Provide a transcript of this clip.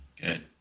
Good